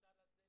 מסל הזה,